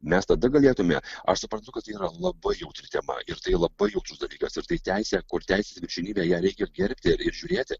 mes tada galėtume aš suprantu kad yra labai jautri tema ir tai labai jautrus dalykas ir tai teisė kur teisės viršenybę ją reikia gerbti ir žiūrėti